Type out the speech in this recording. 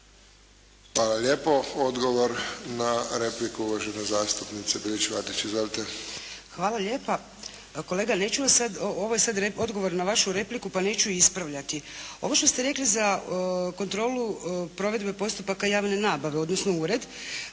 Hvala lijepa. Kolega neću vas sad, ovo je sad odgovor na vašu repliku pa neću ispravljati. Ovo što ste rekli za kontrolu provedbe postupaka javne nabave odnosno ured,